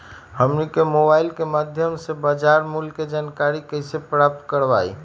हमनी के मोबाइल के माध्यम से बाजार मूल्य के जानकारी कैसे प्राप्त करवाई?